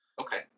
Okay